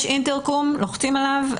יש אינטרקום, לוחצים עליו.